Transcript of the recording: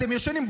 אתם ישנים.